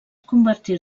convertir